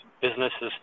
businesses